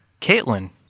Caitlin